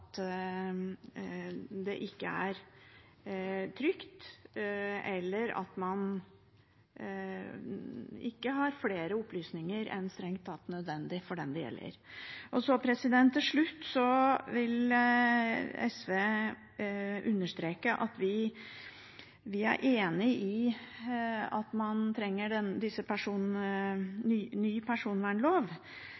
man skal ikke ha flere opplysninger enn strengt tatt nødvendig om dem det gjelder. Til slutt vil SV understreke at vi er enig i at man trenger